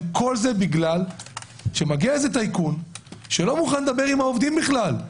וכל זה בגלל שמגיע איזה טייקון שלא מוכן לדבר עם העובדים בכלל,